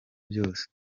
byose